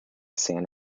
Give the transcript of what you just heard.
san